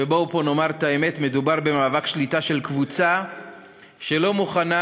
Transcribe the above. ובואו פה נאמר את האמת: מדובר במאבק שליטה של קבוצה שלא מוכנה